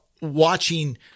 watching